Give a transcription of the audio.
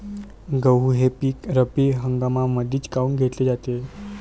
गहू हे पिक रब्बी हंगामामंदीच काऊन घेतले जाते?